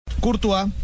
Courtois